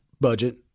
budget